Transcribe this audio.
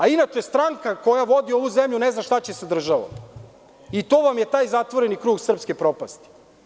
Inače, stranka koja vodi ovu zemlju ne zna šta će sa državom i to vam je taj zatvoreni krug srpske propasti.